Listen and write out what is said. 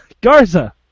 Garza